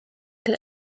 der